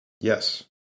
Yes